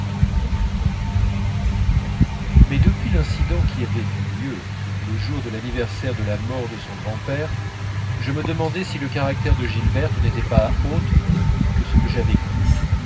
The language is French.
mais depuis l'incident qui avait eu lieu le jour de l'anniversaire de la mort de son grand-père je me demandais si le caractère de gilberte n'était pas autre que ce que j'avais cru